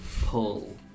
pull